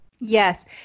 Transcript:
Yes